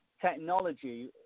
technology